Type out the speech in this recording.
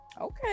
okay